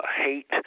hate